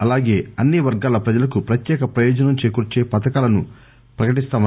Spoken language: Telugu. అలాగే అన్ని వర్గాల ప్రజలకు ప్రత్యేక ప్రయోజనాలు చేకూర్చే పథకాలను ప్రకటించారు